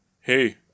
Hey